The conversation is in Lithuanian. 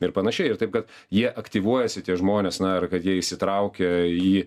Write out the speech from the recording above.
ir panašiai ir taip kad jie aktyvuojasi tie žmonės na ir kad jie įsitraukę į